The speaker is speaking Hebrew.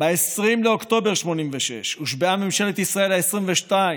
ב-20 באוקטובר 1986 הושבעה ממשלת ישראל העשרים-ושתיים.